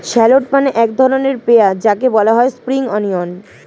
shallot মানে এক ধরনের পেঁয়াজ যাকে বলা হয় স্প্রিং অনিয়ন